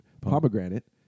pomegranate